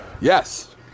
Yes